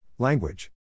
Language